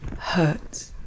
hurts